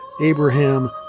Abraham